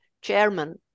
chairman